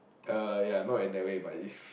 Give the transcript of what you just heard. uh ya not in that way but